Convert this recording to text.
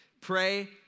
Pray